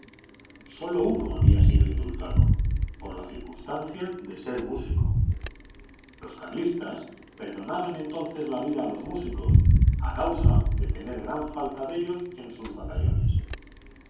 sólo uno había sido indultado por la circunstancia de ser músico los carlistas perdonaban entonces la vida a los músicos a causa de tener gran falta de ellos en sus batallones